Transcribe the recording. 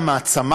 מעט מאוד רכוש,